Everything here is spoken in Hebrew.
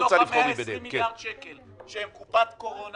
מתוך ה-120 מיליארד שקלים שהם קופת קורונה,